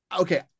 okay